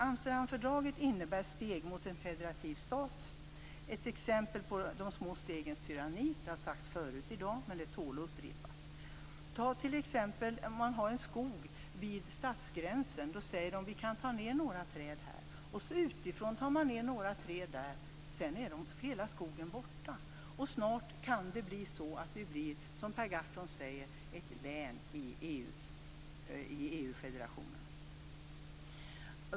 Amsterdamfördraget innebär steg mot en federativ stat - ett exempel på de små stegens tyranni; det har sagts förut i dag men det tål att upprepas. Som exempel kan det handla om en skog vid en stadsgräns. Man säger: Vi kan ta ned några träd här. Utifrån tas så några träd ned, och sedan är hela skogen borta. Det kan snart bli så att Sverige är, som Per Gahrton säger, ett län i EU-federationen.